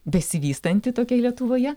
besivystanti tokiai lietuvoje